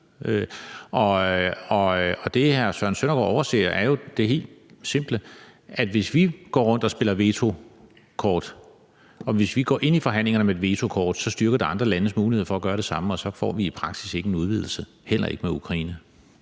Det, hr. Søren Søndergaard overser, er det helt simple, at hvis vi går rundt og spiller vetokort og går ind i forhandlingerne om et vetokort, styrker det andre landes muligheder for at gøre det samme, og så får vi i praksis ikke en udvidelse, heller ikke med Ukraine.